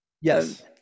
yes